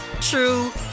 true